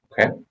Okay